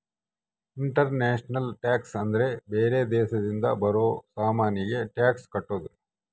international tax ಅಂದ್ರ ಬೇರೆ ದೇಶದಿಂದ ಬರೋ ಸಾಮಾನಿಗೆ ಟ್ಯಾಕ್ಸ್ ಕಟ್ಟೋದು